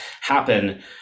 happen